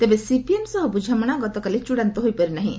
ତେବେ ସିପିଏମ୍ ସହ ବୁଝାମଣା ଗତକାଲି ଚଡ଼ାନ୍ତ ହୋଇପାରି ନାହିଁ